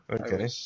Okay